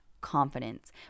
confidence